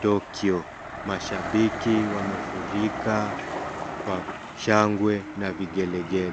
Tokyo. Mashabiki wamefurika kwa shangwe na vigelegele.